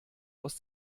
aus